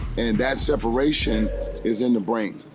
and that separation is in the brain.